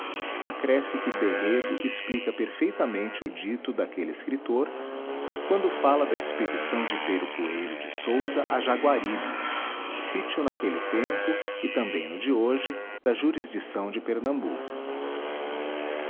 nota acresce que berredo explica perfeitamente o dito daquele escritor quando fala da expedição de pero coelho de souza a jaguaribe sítio naquele tempo e também no de hoje da jurisdição de pernambuco